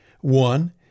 One